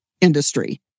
industry